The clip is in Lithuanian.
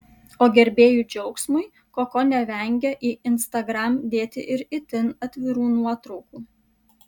o gerbėjų džiaugsmui koko nevengia į instagram dėti ir itin atvirų nuotraukų